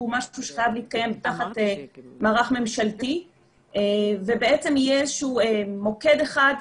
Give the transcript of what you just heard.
משהו שחייב להתקיים תחת מערך ממשלתי ובעצם יהיה מוקד אחד,